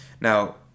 Now